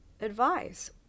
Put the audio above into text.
advice